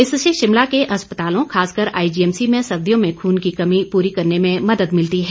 इससे शिमला के अस्पतालों खासकर आईजीएमसी में सर्दियों में खून की कमी पूरी करने में मदद मिलती है